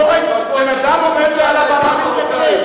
בן-אדם עומד על הבמה ומתנצל,